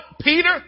Peter